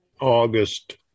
August